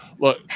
Look